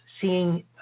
seeing